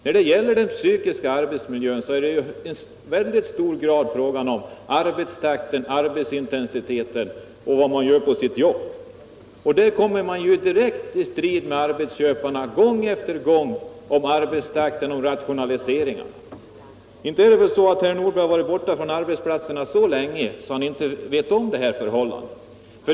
När det gäller den psykiska arbetsmiljön är det i väldigt hög grad fråga om arbetstakten, arbetsintensiteten och vad man gör på sitt jobb. Man kommer gång efter gång direkt i strid med arbetsköparna om arbetstakten, om rationaliseringarna osv. Inte har väl herr Nordberg varit borta från arbetsplatserna så länge att han inte vet om detta förhållande?